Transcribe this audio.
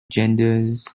genders